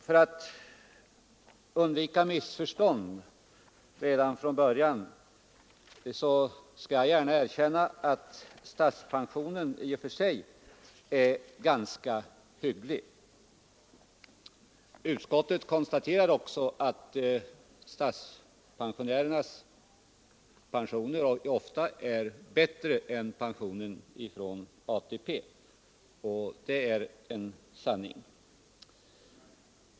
För att undvika missförstånd skall jag redan från början erkänna att jag anser att statspensionen i och för sig är ganska hygglig. Utskottet konstaterar också att statspensionärernas pensioner ofta är bättre än pensionen från ATP, och det är en sanning.